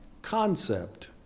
concept